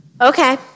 Okay